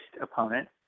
opponent